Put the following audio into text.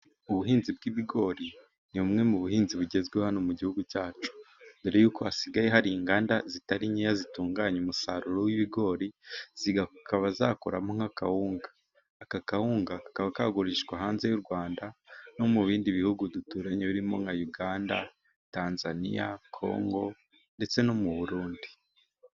Ubuhinzi bw'ibigori ni bumwe mu buhinzi bugezweho hano mu gihugu cyacu, dore y'uko hasigaye hari inganda zitari nkeya zitunganya umusaruro w'ibigori zikaba zakoramo nk'akawunga. Aka kawunga kakaba kagurishwa hanze y'u Rwanda no mu bindi bihugu duturanye birimo: nka Uganda, Tanzaniya, Congo ndetse no mu Burundi.